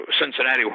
Cincinnati